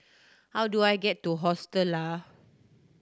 how do I get to Hostel Lah